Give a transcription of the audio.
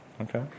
Okay